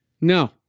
No